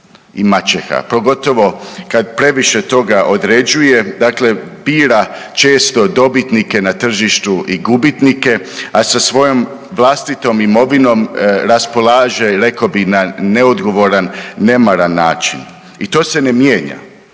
maćeha, pogotovo kad previše toga određuje, dakle bira često dobitnike na tržištu i gubitnike, a sa svojom vlastitom imovinom raspolaže rekao bi na neodgovoran, nemaran način i to se ne mijenja.